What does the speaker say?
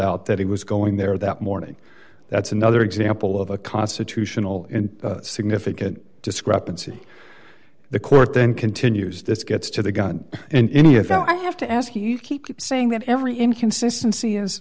out that he was going there that morning that's another example of a constitutional in significant discrepancy the court then continues this gets to the gun and in if i have to ask you you keep saying that every inconsistency is